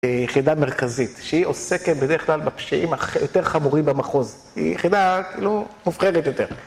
יחידה מרכזית שהיא עוסקת בדרך כלל בפשעים היותר חמורים במחוז, היא יחידה כאילו מופחדת יותר